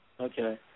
Okay